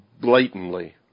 blatantly